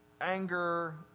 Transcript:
anger